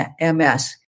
MS